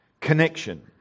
Connection